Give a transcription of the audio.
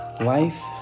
Life